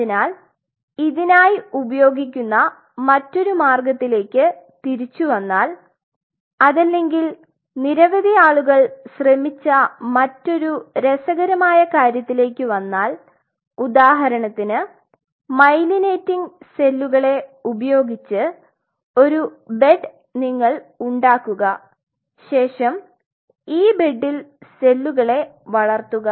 അതിനാൽ ഇതിനായി ഉപയോഗിക്കുന്ന മറ്റൊരു മാഗ്ഗത്തിലേക്ക് തിരിച്ചുവന്നാൽ അതല്ലെങ്കിൽ നിരവധി ആളുകൾ ശ്രെമിച്ച മറ്റൊരു രസകരമായ കാര്യത്തിലേക്കു വന്നാൽ ഉദാഹരണത്തിന് മൈലിനേറ്റിങ് സെല്ലുകളെ ഉപയോഗിച് ഒരു ബെഡ് നിങ്ങൾ ഉണ്ടാകുക ശേഷം ഈ ബെഡിൽ സെല്ലുകളെ വളർത്തുക